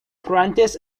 prentiss